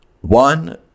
One